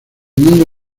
mundo